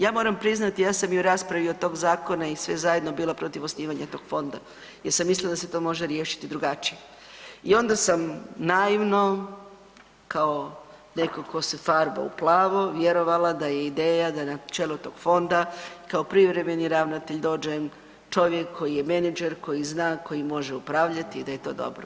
Ja moram priznat ja sam i u raspravi o tom zakonu i sve zajedno bila protiv osnivanja tog fonda jer sam mislila da se to može riješiti drugačije i onda sam naivno kao neko ko se farba u plavo vjerovala da je ideja da na čelo tog fonda kao privremeni ravnatelj dođe čovjek koji je menadžer, koji zna, koji može upravljati i da je to dobro.